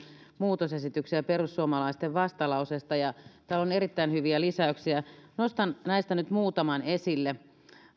muutosesityksiä perussuomalaisten vastalauseesta täällä on erittäin hyviä lisäyksiä nostan näistä nyt muutaman esille